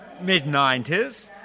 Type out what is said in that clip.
mid-90s